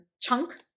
chunk